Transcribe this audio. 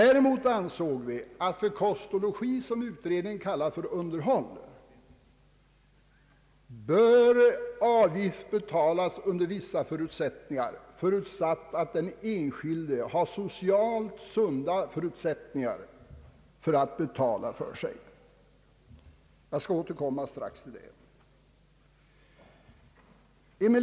Däremot ansåg vi att för kost och logi, som utredningen kallar underhåll, bör avgift betalas, under förutsättning att den enskilde ur social synpunkt har möjlighet att betala för sig. Jag skall strax återkomma till denna sak.